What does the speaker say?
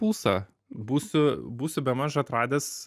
pulsą būsiu būsiu bemaž atradęs